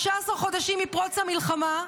15 חודשים מפרוץ המלחמה,